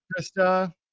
Krista